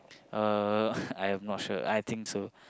uh I'm not sure I think so